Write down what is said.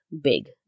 big